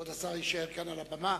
כבוד השר יישאר כאן על הבמה.